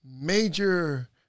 major